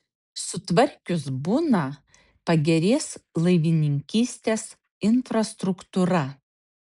sutvarkius buną pagerės laivininkystės infrastruktūra